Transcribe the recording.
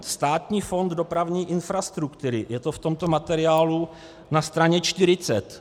Státní fond dopravní infrastruktury, je to v tomto materiálu na straně 40.